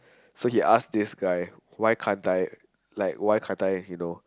so he ask this guy why can't I like why can't I you know